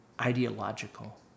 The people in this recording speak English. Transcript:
ideological